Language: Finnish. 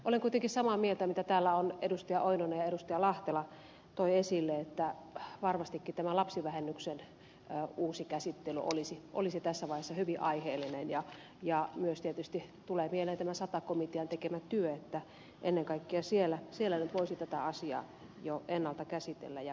olen kuitenkin samaa mieltä mitä täällä edustajat oinonen ja lahtela toivat esille että varmastikin tämän lapsivähennyksen uusi käsittely olisi tässä vaiheessa hyvin aiheellinen ja myös tietysti tulee mieleen tämä sata komitean tekemä työ että ennen kaikkea siellä nyt voisi tätä asiaa jo ennalta käsitellä ja pohtia